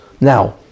Now